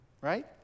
Right